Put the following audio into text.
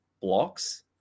blocks